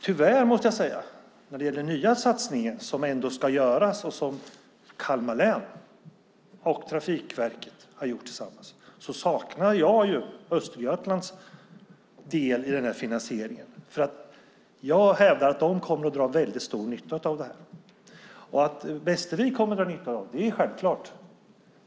När det gäller den nya satsning som ändå ska göras och som Kalmar län och Trafikverket har gjort tillsammans måste jag tyvärr säga att jag saknar Östergötlands del i finansieringen. Jag hävdar att Östergötland kommer att dra stor nytta av det här. Att Västervik kommer att dra nytta av det är självklart.